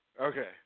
Okay